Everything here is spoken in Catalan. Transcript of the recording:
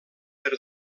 per